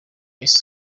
miss